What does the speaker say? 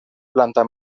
planta